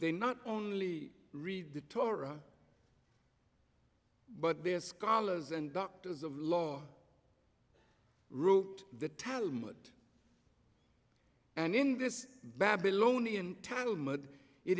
they not only read the torah but they're scholars and doctors of law wrote the talmud and in this babylonian